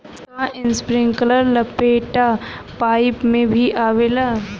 का इस्प्रिंकलर लपेटा पाइप में भी आवेला?